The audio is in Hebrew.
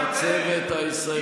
אי-אפשר לעשות שום דבר?